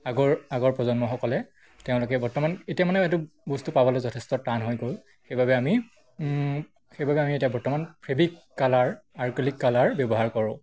আগৰ আগৰ প্ৰজন্মসকলে তেওঁলোকে বৰ্তমান এতিয়া মানে এইটো বস্তু পাবলৈ যথেষ্ট টান হৈ গ'ল সেইবাবে আমি সেইবাবে আমি এতিয়া বৰ্তমান ফেব্ৰিক কালাৰ আৰ্কেলিক কালাৰ ব্যৱহাৰ কৰোঁ